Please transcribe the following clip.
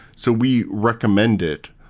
so we recommend it.